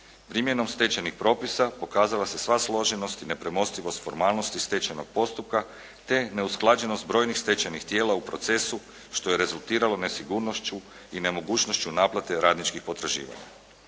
Primjenom stečenih propisa pokazala se sva složenost i nepremostivost formalnosti stečenog postupka te neusklađenost brojnih stečenih tijela u procesu što je rezultiralo nesigurnošću i nemogućnošću naplate radničkih potraživanja.